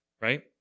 Right